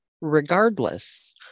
regardless